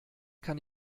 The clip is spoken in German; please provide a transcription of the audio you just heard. kann